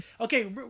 Okay